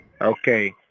Okay